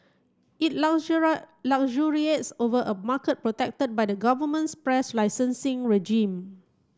it luxuriates over a market protected by the government's press licensing regime